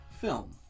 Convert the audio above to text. Film